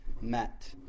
met